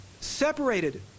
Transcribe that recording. separated